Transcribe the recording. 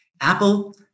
Apple